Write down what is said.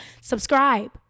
Subscribe